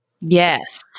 Yes